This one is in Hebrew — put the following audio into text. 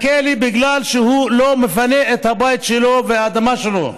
בגלל שהוא לא מפנה את הבית שלו ואת האדמה שלו.